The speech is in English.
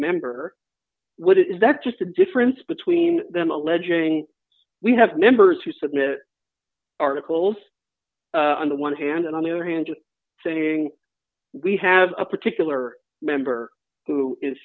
member what is that just a difference between them alleging we have members who submit articles on the one hand and on the other hand saying we have a particular member who is